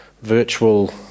virtual